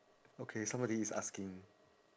okay somebody is asking